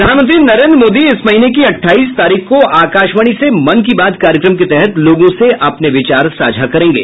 प्रधानमंत्री नरेंद्र मोदी इस महीने की अट्ठाईस तारीख को आकाशवाणी से मन की बात कार्यक्रम के तहत लोगों से अपने विचार साझा करेंगे